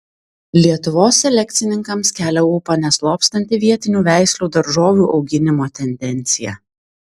lietuvos selekcininkams kelia ūpą neslopstanti vietinių veislių daržovių auginimo tendencija